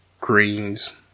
greens